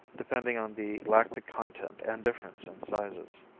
depending on the lactic content and difference in sizes.